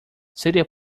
seria